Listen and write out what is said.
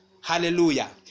hallelujah